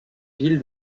ville